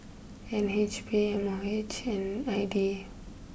N H B M O H and I D A